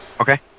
Okay